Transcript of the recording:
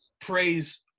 praise